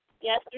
Yes